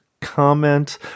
comment